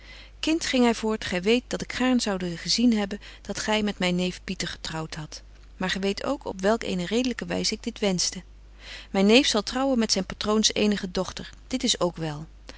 kind ging hy voort gy weet dat ik gaarn zoude gezien hebben dat gy met myn neef pieter getrouwt hadt maar gy weet ook op welk eene redelyke wys ik dit wenschte myn neef zal trouwen met zyn patroons eenige dochter dit is ook wel